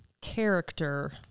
character